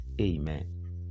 amen